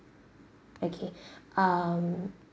okay um